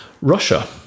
Russia